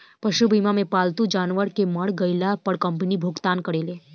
पशु बीमा मे पालतू जानवर के मर गईला पर कंपनी भुगतान करेले